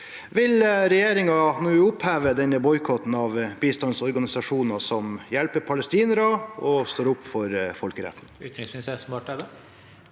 Vil regjeringa nå oppheve denne boikotten av bistandsorganisasjoner som hjelper palestinerne og står opp for folkeretten?»